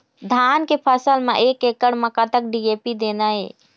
धान के फसल म एक एकड़ म कतक डी.ए.पी देना ये?